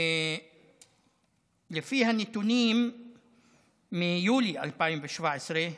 לפי נתונים מיולי 2017,